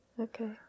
okay